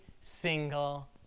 single